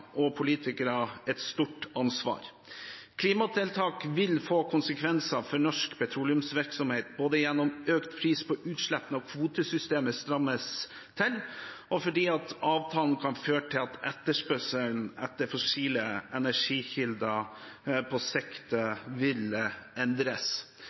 og politikerne et stort ansvar. Klimatiltak vil få konsekvenser for norsk petroleumsvirksomhet både gjennom økt pris på utslipp når kvotesystemet strammes til, og fordi avtalen kan føre til at etterspørselen etter fossile energikilder på